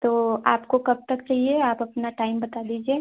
तो आपको कब तक चाहिए आप अपना टाइम बता दीजिए